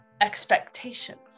expectations